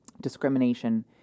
discrimination